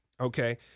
Okay